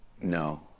No